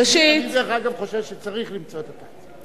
ראשית, אני, דרך אגב, חושב שצריך למצוא את התקציב.